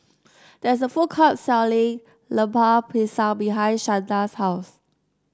there is a food court selling Lemper Pisang behind Shanta's house